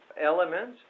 elements